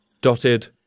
dotted